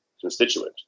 constituent